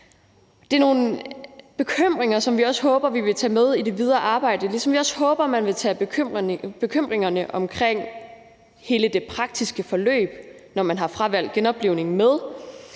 Det er nogle bekymringer, som vi også håber man vil tage med i det videre arbejde, ligesom vi også håber, at man vil tage bekymringerne om hele det praktiske forløb, når man har fravalgt genoplivning, med,